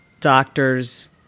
doctors